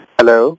hello